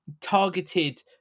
targeted